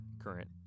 current